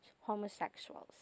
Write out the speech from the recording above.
homosexuals